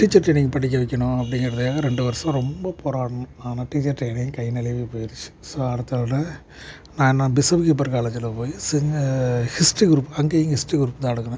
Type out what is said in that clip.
teacher training படிக்க வைக்கணும் அப்படிங்கிறதுக்காக ரெண்டு வருஷம் ரொம்ப போராடினோம் ஆனால் டீச்சர் ட்ரெய்னிங் கை நழுவி போயிடுச்சு ஸோ அடுத்த லெவலு நான் என்ன பிஸோப்ஹீப்பர் காலேஜ்ஜில் போய் செஞ்ச ஹிஸ்ட்ரி குரூப் அங்கேயும் ஹிஸ்ட்ரி குரூப் தான் எடுக்கிறேன்